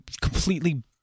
completely